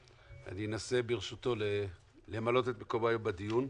אנסה, ברשותו, למלא את מקומו היום בדיון.